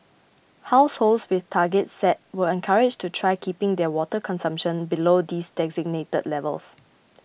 households with targets set were encouraged to try keeping their water consumption below these designated levels